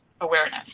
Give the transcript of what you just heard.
awareness